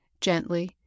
gently